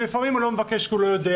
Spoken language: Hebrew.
לפעמים הוא לא מבקש כי הוא לא יודע,